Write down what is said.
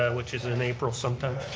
and which is in april some time.